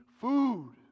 food